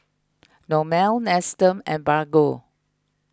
Hormel Nestum and Bargo